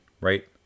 right